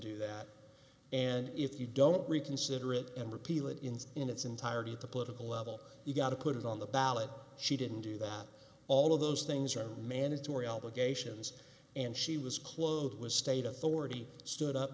do that and if you don't reconsider it and repeal it in in its entirety at the political level you got to put it on the ballot she didn't do that all of those things are mandatory obligations and she was close it was state authority stood up